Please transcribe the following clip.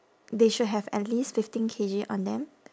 they should have at least fifteen K_G on them